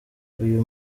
uyu